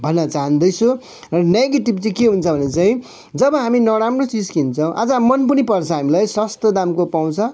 भन्न चाहँदैछु नेगेटिभ चाहिँ के हुन्छ भने चाहिँ जब हामी नराम्रो चिज किन्छौँ आज मन पनि पर्छ हामीलाई सस्तो दामको पाउँछ